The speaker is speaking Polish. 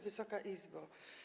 Wysoka Izbo!